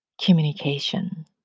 communication